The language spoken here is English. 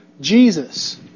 Jesus